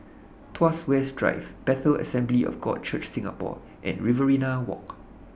Tuas West Drive Bethel Assembly of God Church Singapore and Riverina Walk